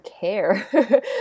care